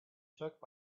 took